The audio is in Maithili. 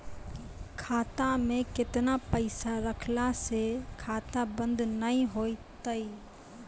खाता मे केतना पैसा रखला से खाता बंद नैय होय तै?